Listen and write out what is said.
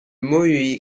maui